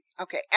Okay